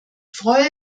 freue